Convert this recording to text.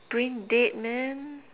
brain dead man